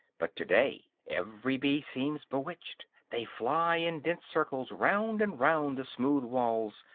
but to-day every bee seems bewitched they fly in dense circles round and round the smooth walls,